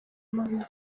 mubiri